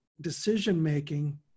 decision-making